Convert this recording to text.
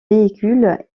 véhicules